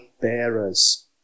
bearers